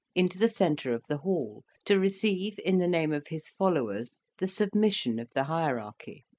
into the centre of the hall, to receive in the name of his followers the submission of the hierarchy.